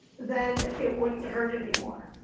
then it wouldn't hurt anymore.